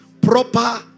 Proper